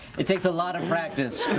it takes a lot of practice.